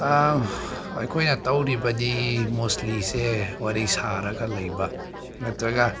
ꯑꯩꯈꯣꯏꯅ ꯇꯧꯔꯤꯕꯗꯤ ꯃꯣꯁꯂꯤꯁꯦ ꯋꯥꯔꯤ ꯁꯥꯔꯒ ꯂꯩꯕ ꯅꯠꯇ꯭ꯔꯒ